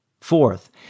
Fourth